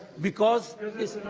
because